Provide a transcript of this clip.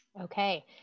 Okay